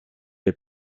les